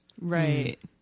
right